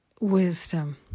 wisdom